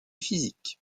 physique